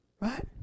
right